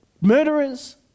murderers